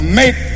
make